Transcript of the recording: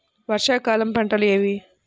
వర్షాకాలం పంటలు ఏవి?